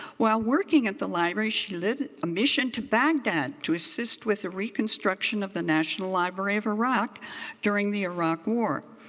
while working at the library, she led a mission to baghdad to assist with the reconstruction of the national library of iraq during the iraq war.